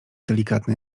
delikatny